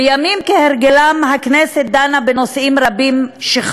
בימים כהרגלם, הכנסת דנה בנושאים חשובים רבים: